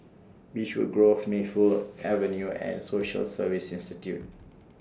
Beechwood Grove Mayfield Avenue and Social Service Institute